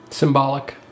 Symbolic